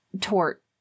tort